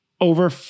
over